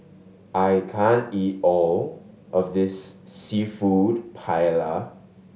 I can't eat all of this Seafood Paella